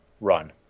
run